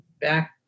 back